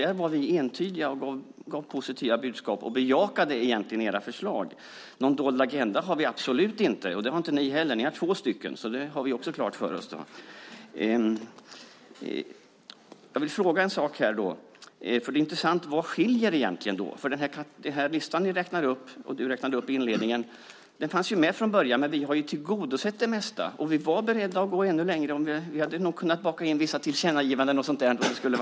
Där var vi entydiga, gav positiva budskap och bejakade egentligen era förslag. Någon dold agenda har vi definitivt inte, och det har inte ni heller - ni har två stycken. Det har vi fått klart för oss. Det intressanta är vad det egentligen är som skiljer mellan oss. Den lista som du, Peter Jonsson, läste upp i inledningen fanns med redan från början, och vi har tillgodosett det mesta. Vi var dessutom beredda att gå ännu längre. Vi hade nog kunnat baka in vissa tillkännagivanden och sådant om det varit så.